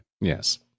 Yes